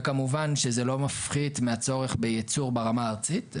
וכמובן שזה לא מפחית מהצורך בייצור ברמה הארצית,